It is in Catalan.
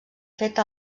fet